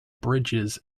bridges